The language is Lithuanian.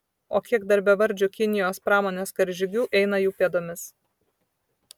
o kiek dar bevardžių kinijos pramonės karžygių eina jų pėdomis